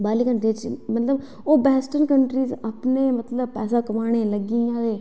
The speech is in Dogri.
बाहरलियें कंट्रियें च मतलब ओह् वेस्टर्न कंट्रियां आपूं पैसा कमानै गी लग्गी दियां ते